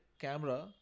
camera